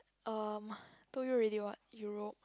erm told you already what Europe